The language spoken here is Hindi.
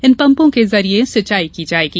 इन पम्पों के जरिए सिंचाई की जायेगी